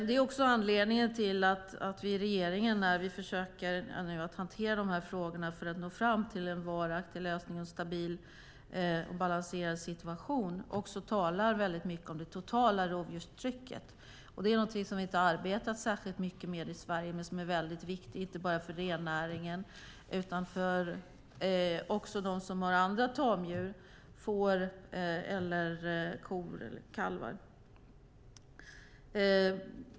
Det är anledningen till att vi i regeringen när vi försöker hantera dessa frågor, för att nå fram till en varaktig lösning och en stabil och balanserad situation, talar mycket om det totala rovdjurstrycket. Det är någonting som vi inte har arbetat särskilt mycket med i Sverige men som är viktigt, inte bara för rennäringen utan också för dem som har andra tamdjur, som får, kor eller kalvar.